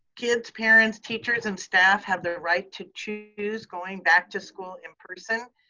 kids, parents, teachers, and staff have the right to choose going back to school in person.